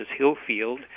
Hillfield